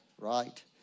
right